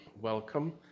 welcome